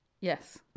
Yes